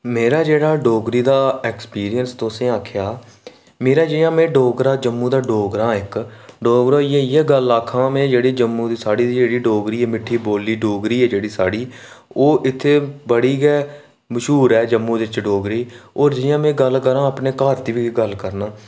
मेरा जेह्ड़ा' डोगरी दा एक्सपीरियंस जेह्ड़ा तुसें आक्खेआ मेरा जियां में जम्मू दा डोगरा आं इक्क ते डोगरा होइये में इयै आक्खां की साढ़ी जम्मू दी जेह्ड़ी डोगरी ऐ मिट्ठी बोली जेह्ड़ी डोगरी ऐ साढ़ी ओह् इत्तें बड़ी गै मश्हूर ऐ साढ़े इत्थें दे डोगरी होर में जि'यां में गल्ल करां अपने घर दी बी गल्ल करना